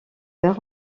heures